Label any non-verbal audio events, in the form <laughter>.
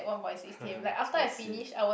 <laughs> I see